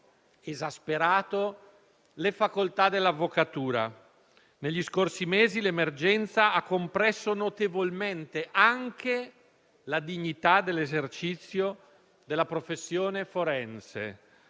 esasperato le facoltà dell'avvocatura. Negli scorsi mesi l'emergenza ha compresso notevolmente anche la dignità dell'esercizio della professione forense.